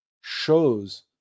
shows